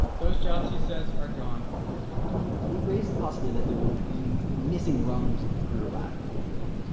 those jobs, he says, are gone for good it raised the possibility that there will will be missing rungs in the career ladder, if you will.